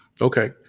Okay